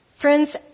Friends